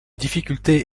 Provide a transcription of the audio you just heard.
difficulté